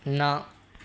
ਨਾ